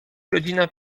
godzina